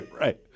Right